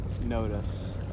Notice